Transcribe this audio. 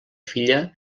filla